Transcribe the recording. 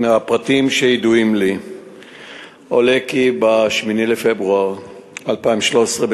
מהפרטים שידועים לי עולה כי ב-8 בפברואר 2013,